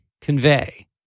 convey